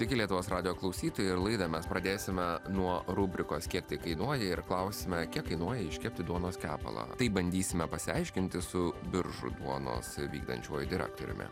taigi lietuvos radijo klausytojai ir laidą mes pradėsime nuo rubrikos kiek tai kainuoja ir klausiame kiek kainuoja iškepti duonos kepalą taip bandysime pasiaiškinti su biržų duonos vykdančiuoju direktoriumi